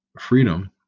freedom